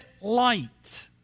light